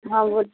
हाँ बोलो